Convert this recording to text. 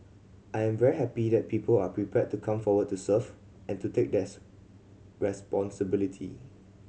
I am very happy that people are prepared to come forward to serve and to take theirs responsibility